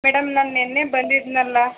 madam ನಾನು ನಿನ್ನೆ ಬಂದಿದ್ದೆನಲ್ಲ